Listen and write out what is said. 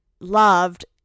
loved